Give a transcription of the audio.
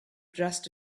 just